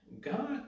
God